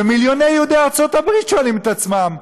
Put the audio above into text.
ומיליוני יהודי ארצות הברית שואלים את עצמם: